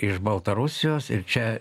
iš baltarusijos ir čia